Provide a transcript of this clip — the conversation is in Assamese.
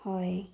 হয়